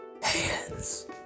hands